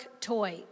toy